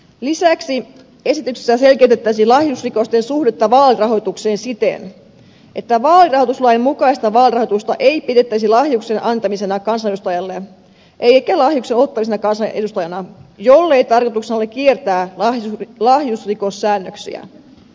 lisäksi esityksessä selkeytettäisiin lahjusrikosten suhdetta vaalirahoitukseen siten että vaalirahoituslain mukaista vaalirahoitusta ei pidettäisi lahjuksen antamisena kansanedustajalle eikä lahjuksen ottamisena kansanedustajana jollei tarkoituksena ole kiertää lahjusrikossäännöksiä